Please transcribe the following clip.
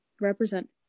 represent